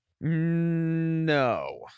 no